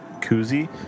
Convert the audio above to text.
koozie